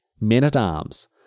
men-at-arms